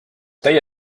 teie